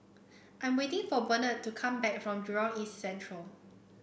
I'm waiting for Benard to come back from Jurong East Central